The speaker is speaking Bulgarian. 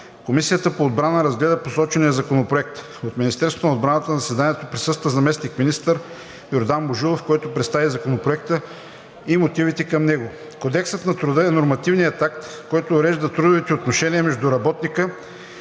Комисията по отбрана разгледа посочения законопроект. От Министерство на отбраната на заседанието присъства заместник-министър Йордан Божилов, който представи Законопроекта и мотивите към него. Кодексът на труда е нормативният акт, който урежда трудовите отношения между работника